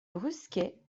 brusquets